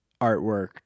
artwork